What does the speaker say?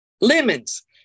Lemons